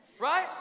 Right